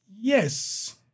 Yes